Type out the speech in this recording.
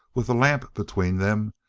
with a lamp between them,